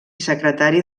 secretari